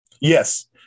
yes